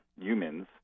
humans